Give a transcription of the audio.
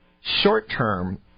Short-term